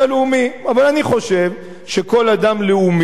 אבל אני חושב שכל אדם לאומי צריך לשאול